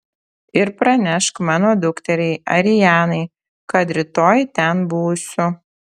ir pranešk mano dukteriai arianai kad rytoj ten būsiu